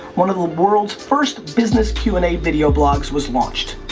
one of the world's first business q and a video blogs was launched.